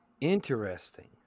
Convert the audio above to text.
Interesting